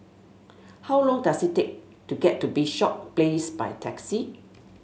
how long does it take to get to Bishop Place by taxi